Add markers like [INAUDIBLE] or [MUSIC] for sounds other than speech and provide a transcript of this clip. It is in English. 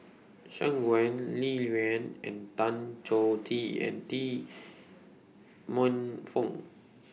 Shangguan Liuyun and Tan Choh Tee and Tee [NOISE] Man Fong